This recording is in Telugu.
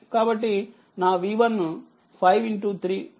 కాబట్టి నా V1 53 15 వోల్ట్ అవుతుంది